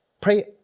pray